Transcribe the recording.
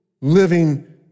living